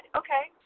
okay